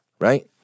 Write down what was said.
right